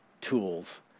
tools